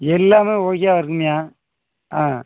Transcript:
எல்லாமே ஓகேவா இருக்கும்ய்யா ஆ